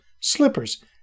slippers